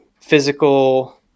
physical